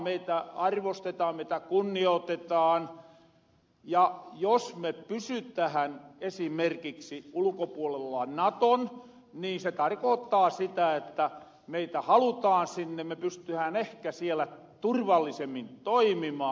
meitä arvostetaan meitä kunniootetaan ja jos me pysytähän esimerkiksi ulkopuolella naton niin se tarkoottaa sitä että meitä halutaan sinne me pystytähän ehkä siellä turvallisemmin toimimaan